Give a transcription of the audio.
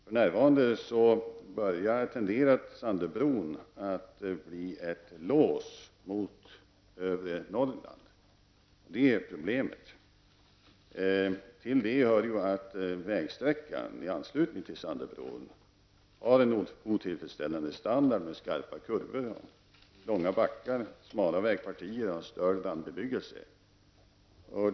För närvarande tenderar Sandöbron att bli ett lås mot övre Norrland. Det är problemet. Till detta kommer att vägsträckan i anslutning till Sandöbron har en otillfredsställande standard, med skarpa kurvor, långa backar, smala vägpartier och en störd landsbebyggelse.